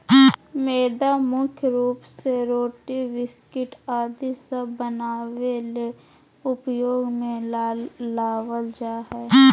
मैदा मुख्य रूप से रोटी, बिस्किट आदि सब बनावे ले उपयोग मे लावल जा हय